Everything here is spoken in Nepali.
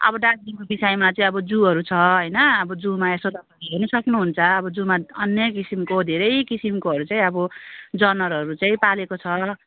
अब दार्जिलिङको विषयमा चाहिँ अब जूहरू छ होइन अब जूमा यसो तपाईँहरूले हेर्नु सक्नुहुन्छ अब जूमा अन्यै किसिमको धेरै किसिमकोहरू चाहिँ अब जनावरहरू चाहिँ पालेको छ